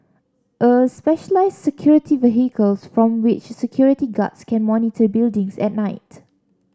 a specialised security vehicles from which security guards can monitor buildings at night